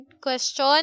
question